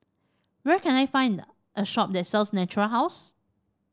where can I find a shop that sells Natura House